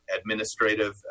administrative